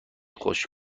خوش